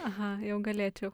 aha jau galėčiau